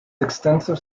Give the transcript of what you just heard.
extensive